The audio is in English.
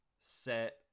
set